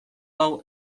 hau